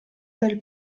del